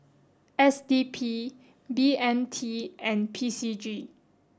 S D P B M T and P C G